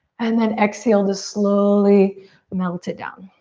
and then exhale to slowly melt it down.